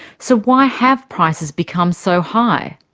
so why have prices become so high?